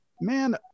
man